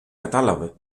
κατάλαβε